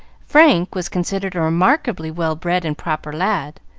frank was considered a remarkably well-bred and proper lad,